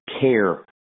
care